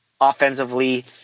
offensively